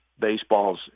baseball's